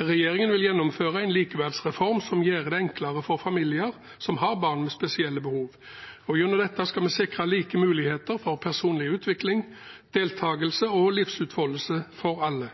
Regjeringen vil gjennomføre en likeverdsreform som gjør det enklere for familier som har barn med spesielle behov. Gjennom dette skal vi sikre like muligheter for personlig utvikling, deltakelse og livsutfoldelse for alle.